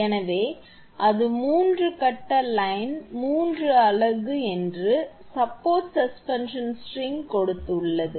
எனவே அது மூன்று கட்ட லைன் மூன்று அலகு என்று சப்போர்ட் சஸ்பென்ஷன் ஸ்ட்ரிங் கொடுத்துள்ளது